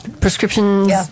prescriptions